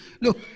Look